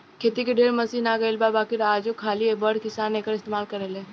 खेती के ढेरे मशीन आ गइल बा बाकिर आजो खाली बड़ किसान एकर इस्तमाल करेले